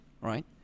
right